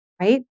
right